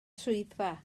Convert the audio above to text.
swyddfa